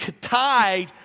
tied